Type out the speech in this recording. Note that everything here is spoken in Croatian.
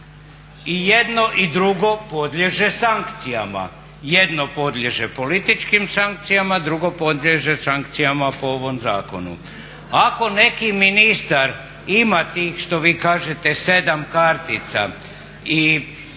I jedno i drugo podliježe sankcijama, jedno podliježe političkim sankcijama, drugo podliježe sankcijama po ovom zakonu. Ako neki ministar ima tih što vi kažete 7 kartica i